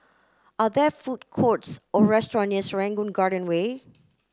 are there food courts or restaurant near Serangoon Garden Way